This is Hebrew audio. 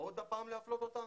עוד הפעם להפלות אותם?